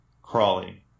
crawling